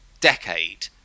decade